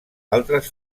altres